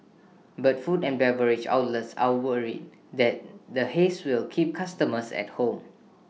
but food and beverage outlets are worried that the haze will keep customers at home